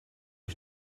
ich